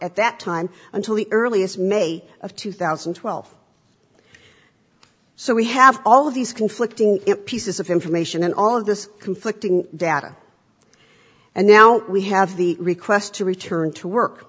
at that time until the earliest may of two thousand and twelve so we have all of these conflicting pieces of information and all of this conflicting data and now we have the request to return to work